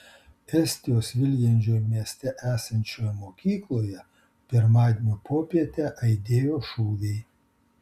estijos viljandžio mieste esančioje mokykloje pirmadienio popietę aidėjo šūviai